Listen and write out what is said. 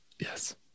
Yes